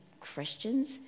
Christians